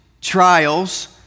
Trials